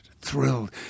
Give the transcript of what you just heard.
thrilled